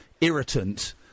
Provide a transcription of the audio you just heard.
irritant